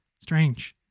Strange